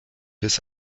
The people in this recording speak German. bis